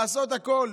לעשות הכול.